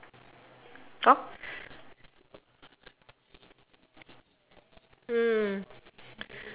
hor